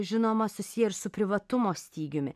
žinoma susiję ir su privatumo stygiumi